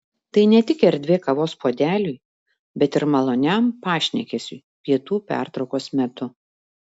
tai ne tik erdvė kavos puodeliui bet ir maloniam pašnekesiui pietų pertraukos metu